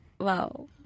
Wow